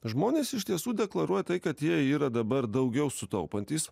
žmonės iš tiesų deklaruoja tai kad jie yra dabar daugiau sutaupantys